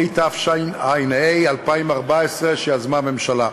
התשע"ה 2014, לקריאה שנייה וקריאה שלישית.